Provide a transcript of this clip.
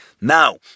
Now